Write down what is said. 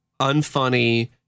unfunny